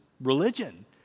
religion